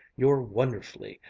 you're wonderfully,